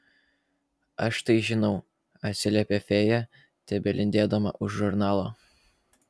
aš tai žinau atsiliepia fėja tebelindėdama už žurnalo